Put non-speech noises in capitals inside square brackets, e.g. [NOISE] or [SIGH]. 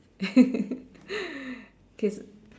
[LAUGHS] okay